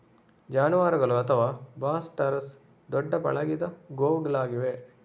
ಜಾನುವಾರುಗಳು ಅಥವಾ Bos taurus ದೊಡ್ಡ ಪಳಗಿದ ಗೋವುಗಳಾಗಿವೆ